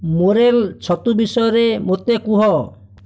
morel ଛତୁ ବିଷୟରେ ମୋତେ କୁହ